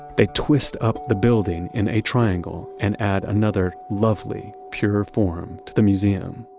they twist up the building in a triangle and add another lovely pure form to the museum.